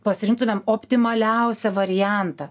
pasirinktumėm optimaliausią variantą